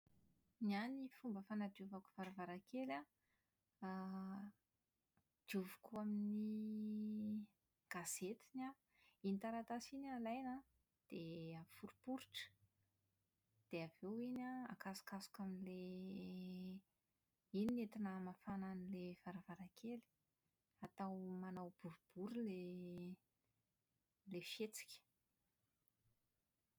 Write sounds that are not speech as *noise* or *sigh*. Ny ahy ny fomba fanadiovako varavarankely an *hesitation* > dioviko amin'ny gazety ny ahy. Iny taratasy iny alaina an, dia aforiporitra, dia avy eo iny an akasokasoka amin'ilay iny no entina hamafana an'ilay varavarankely. Atao manao boribory ilay ilay fihetsika.